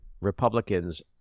Republicans